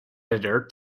editor